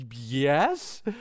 yes